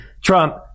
Trump